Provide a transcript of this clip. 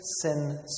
sin